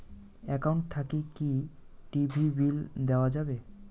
Account থাকি কি TV bill দেওয়া যাবে?